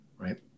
right